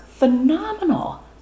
Phenomenal